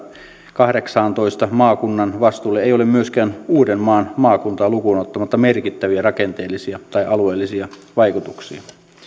kahdeksantoista maakunnan vastuulle ei ole myöskään uudenmaan maakuntaa lukuun ottamatta merkittäviä rakenteellisia tai alueellisia vaikutuksia